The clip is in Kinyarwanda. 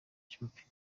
cy’umupira